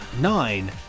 Nine